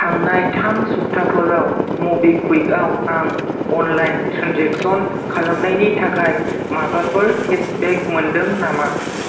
थांनाय थाम सप्ताफोराव मबिक्वुइकआव आं अनलाइन ट्रेन्जेकसन खालामनायनि थाखाय माबाफोर केसबेक मोन्दों नामा